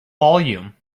volume